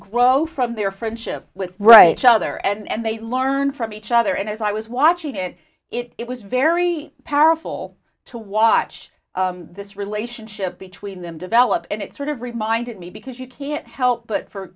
grow from their friendship with right other and they learn from each other and as i was watching it it was very powerful to watch this relationship between them develop and it sort of reminded me because you can't help but for